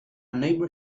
neighbour